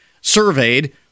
surveyed